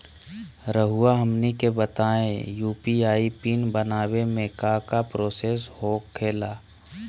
रहुआ हमनी के बताएं यू.पी.आई पिन बनाने में काका प्रोसेस हो खेला?